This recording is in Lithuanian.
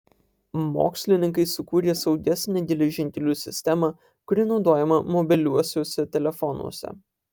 mokslininkai sukūrė saugesnę geležinkelių sistemą kuri naudojama mobiliuosiuose telefonuose